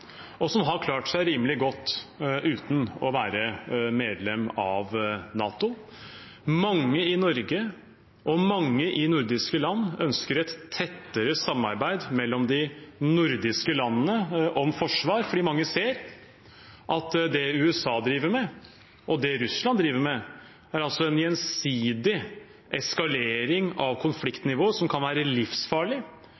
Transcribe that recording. og som har klart seg rimelig godt uten å være medlem av NATO. Mange i Norge og i nordiske land ønsker et tettere samarbeid mellom de nordiske landene om forsvar fordi mange ser at det USA driver med, og det Russland driver med, er en gjensidig eskalering av